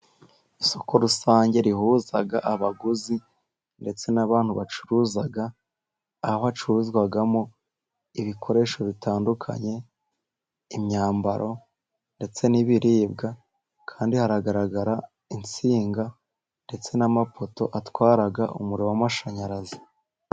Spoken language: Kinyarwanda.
Isoko rusange rihuza abaguzi, ndetse n'abantu bacuruza, aho hacururizwamo ibikoresho bitandukanye, imyambaro, ndetse n'ibiribwa, kandi haragaragara insinga, ndetse n'amapoto atwara umuriro w'amashanyarazi.